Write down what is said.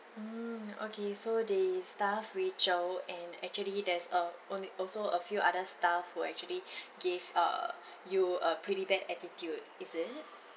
mm okay so the staff rachel and actually there's uh only also a few other staff who actually gave err you a pretty bad attitude is it